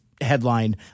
headline